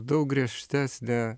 daug griežtesnė